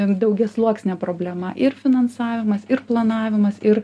daugiasluoksnė problema ir finansavimas ir planavimas ir